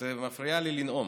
את מפריעה לי לנאום.